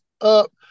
up